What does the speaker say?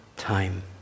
time